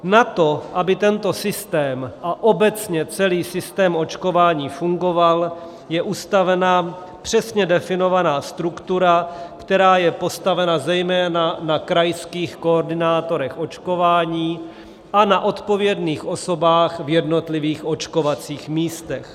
Na to, aby tento systém a obecně celý systém očkování fungoval, je ustavena přesně definovaná struktura, která je postavena zejména na krajských koordinátorech očkování a na odpovědných osobách v jednotlivých očkovacích místech.